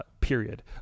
period